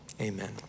amen